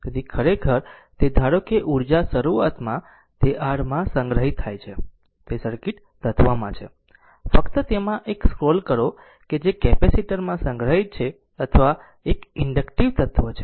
તેથી ખરેખર તે ધારો કે ઉર્જા શરૂઆતમાં તે R માં સંગ્રહિત થાય છે જે તે સર્કિટ તત્વમાં છે ફક્ત તેમાં એક સ્ક્રોલ કરો કે જે કેપેસિટર માં સંગ્રહિત છે અથવા એક ઇન્ડક્ટિવ તત્વ છે